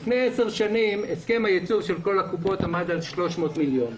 לפני 10 שנים הסכם הייצוב של כל הקופות עמד על 300 מיליון.